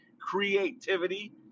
creativity